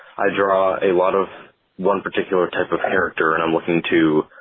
i draw a lot of one particular type of character and i'm looking to